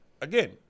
again